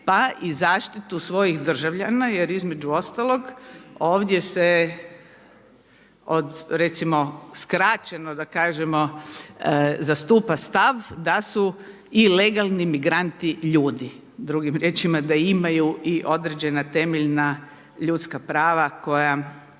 pa i zaštitu svojih državljana jer između ostalog ovdje se od recimo skraćeno da kažemo zastupa stav da su i legalni migranti ljudi, drugim riječima da imaju i određena temeljna ljudska prava koja